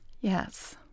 Yes